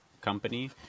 company